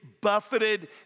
buffeted